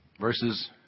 Verses